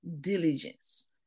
diligence